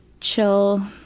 chill